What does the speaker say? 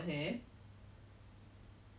!huh! I only saw the najib one